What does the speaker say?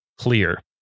clear